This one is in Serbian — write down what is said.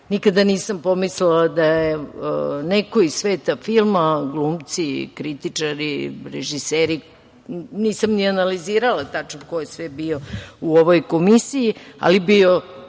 Nikada nisam pomislila da je neko iz sveta filma, glumci, kritičari, režiseri, nisam ni analizirala tačno ko je sve bio u ovoj komisiji, ali jedno